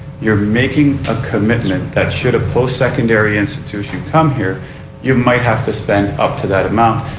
you're making a commitment that should a post secondary institution come here you might have to spend up to that amount.